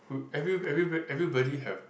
who every every everybod~ everybody have